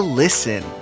listen